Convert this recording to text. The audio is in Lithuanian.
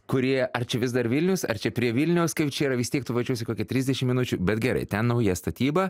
kurie ar čia vis dar vilnius ar čia prie vilniaus kaip čia yra vis tiek tu važiuosi kokį trisdešim minučių bet gerai ten nauja statyba